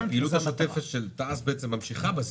כלומר הפעילות השוטפת של תע"ש בעצם ממשיכה.